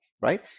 Right